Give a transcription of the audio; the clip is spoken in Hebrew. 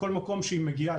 בכל מקום שהיא מגיעה,